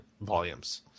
volumes